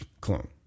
Clone